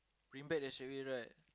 bring back then straight away right